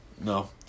No